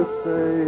say